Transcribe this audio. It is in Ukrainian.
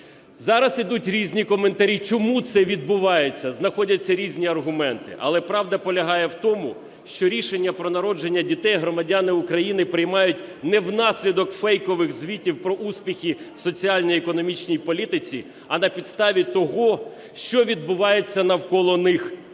Зараз ідуть різні коментарі, чому це відбувається, знаходяться різні аргументи. Але правда полягає в тому, що рішення про народження дітей громадяни України приймають не внаслідок фейкових звітів про успіхи в соціально-економічній політиці, а на підставі того, що відбувається навколо них,